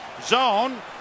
zone